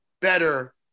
better